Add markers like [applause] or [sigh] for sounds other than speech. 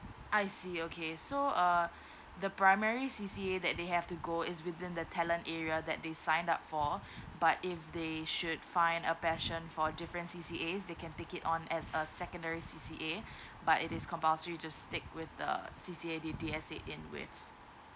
I see okay so uh [breath] the primary C_C_A that they have to go is within the talent area that they sign up for [breath] but if they should find a passion for different C_C_A they can take it on as a secondary C_C_A [breath] but it is compulsory just stayed with the C_C_A D_T_S_A in with